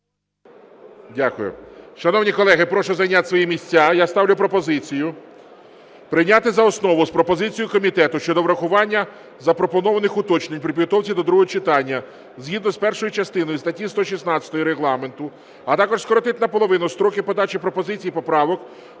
Дякую. Шановні колеги, прошу зайняти свої місця. Я ставлю пропозицію прийняти за основу з пропозицією комітету щодо врахування запропонованих уточнень при підготовці до другого читання згідно з першою частиною статті 116 Регламенту, а також скоротити наполовину строки подачі пропозицій і поправок